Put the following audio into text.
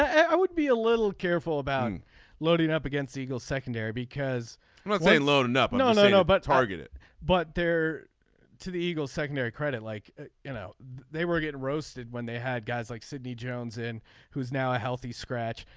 i would be a little careful about loading up against eagles secondary because they loaded up. no no know but targeted but there to the eagles secondary credit like you know they were getting roasted when they had guys like sidney jones and who is now a healthy scratch.